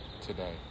today